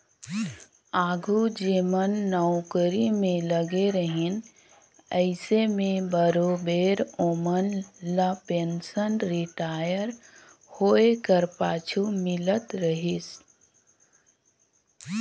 आघु जेमन नउकरी में लगे रहिन अइसे में बरोबेर ओमन ल पेंसन रिटायर होए कर पाछू मिलत रहिस